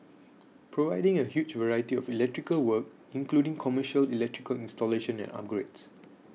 providing a huge variety of electrical work including commercial electrical installation and upgrades